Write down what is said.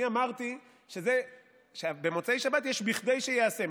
אני אמרתי שבמוצאי שבת יש "בכדי שייעשה",